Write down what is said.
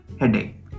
headache